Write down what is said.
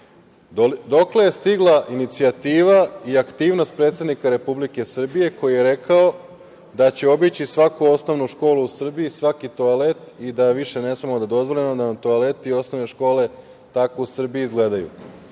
dokle je stigla inicijativa i aktivnost predsednika Republike Srbije koji je rekao da će obići svaku osnovnu školu u Srbiji, svaki toalet i da više ne smemo da dozvolimo da nam toaleti i osnove škole tako u Srbiji izgledaju? Da